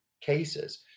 cases